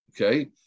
Okay